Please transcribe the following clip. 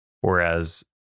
Whereas